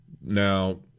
Now